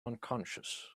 unconscious